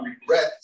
regret